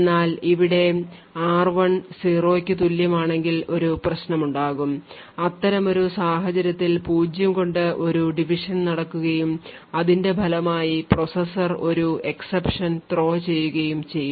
എന്നാൽ ഇവിടെ r1 0 ക്കു തുല്യമാണെങ്കിൽ ഒരു പ്രശ്നമുണ്ടാകും അത്തരമൊരു സാഹചര്യത്തിൽ പൂജ്യം കൊണ്ട് ഒരു division നടക്കുകയും അതിന്റെ ഫലമായി പ്രോസസ്സർ ഒരു exception throw ചെയ്യുകയും ചെയ്യും